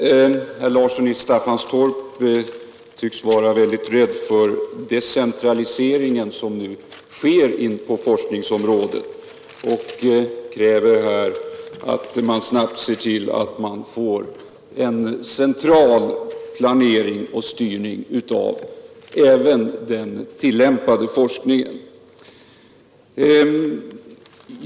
Herr talman! Herr Larsson i Staffanstorp tycks vara rädd för den decentralisering som nu sker på forskningsområdet. Han kräver att man snabbt ser till att man får en central planering och styrning även av den tillämpade forskningen.